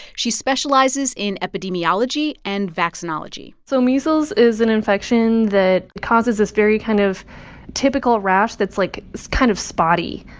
she specializes in epidemiology and vaccinology so measles is an infection that causes this very kind of typical rash that's like it's kind of spotty,